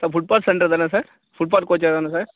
sir football centre தானே sir football coach தானே sir